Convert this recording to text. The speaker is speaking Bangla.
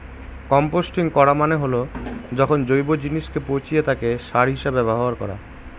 কম্পস্টিং করা মানে হল যখন জৈব জিনিসকে পচিয়ে তাকে সার হিসেবে ব্যবহার করা